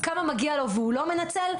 כמה מגיע לו והוא לא מנצל.